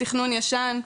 תכנון ישן,